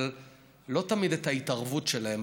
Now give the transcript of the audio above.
אבל לא תמיד את ההתערבות שלהם.